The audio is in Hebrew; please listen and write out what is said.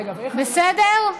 בסדר?